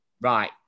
Right